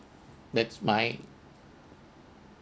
that's my